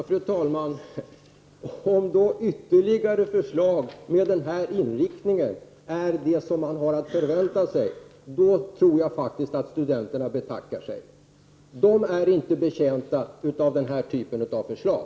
Fru talman! Om ytterligare förslag med den här inriktningen är det som man har att förvänta sig, tror jag faktiskt att studenterna betackar sig. Studenterna är inte betjänta av den här typen av förslag.